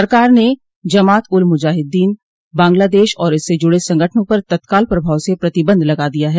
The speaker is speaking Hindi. सरकार ने जमात उल मुजाहिद्दीन बांग्लादेश आर इससे जुड़े संगठनों पर तत्काल प्रभाव से प्रतिबंध लगा दिया है